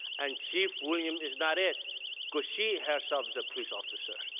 and chief william is not it because she herself is a police officer.